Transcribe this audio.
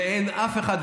ואין אף אחד,